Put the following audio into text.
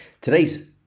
Today's